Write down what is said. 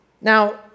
Now